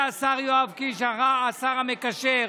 אמר את זה השר יואב קיש, השר המקשר.